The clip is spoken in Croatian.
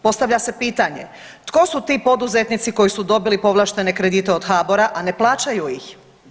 Postavlja se pitanje tko su ti poduzetnici koji su dobili povlaštene kredite od HBOR-a a ne plaćaju ih.